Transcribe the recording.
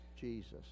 Jesus